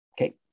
okay